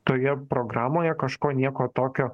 toje programoje kažko nieko tokio